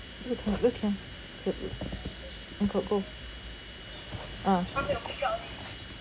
go ah